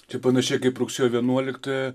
čia panašiai kaip rugsėjo vienuoliktąją